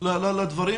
על הדברים?